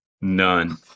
None